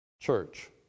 church